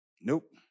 Nope